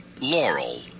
Laurel